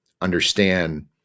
understand